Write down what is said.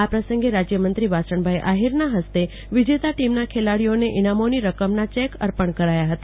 આ પ્રસંગે રાજ્યમંત્રીશ્રી વાસણભાઈ આહિરના હસ્તે વિજેતા ટીમના ખેલાડીઓને ઇનામોની રકમનાં ચેક અર્પણ કરાયાં હતા